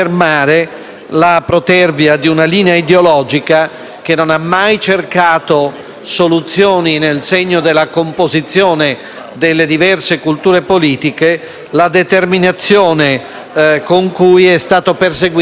delle diverse culture politiche e la determinazione con cui è stato perseguito l'obiettivo di una legge fortemente divisiva, perché tale sarà, soprattutto nella società.